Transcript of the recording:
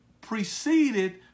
preceded